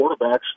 quarterbacks